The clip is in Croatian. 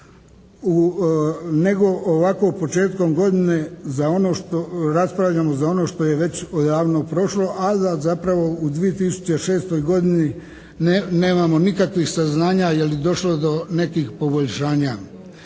nego ovako početkom godine za ono što raspravljamo za ono što je već odavno prošlo, ali da zapravo u 2006. godini nemamo nikakvih saznanja je li došlo do nekih poboljšanja.